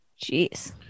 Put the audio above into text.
Jeez